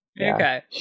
Okay